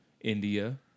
India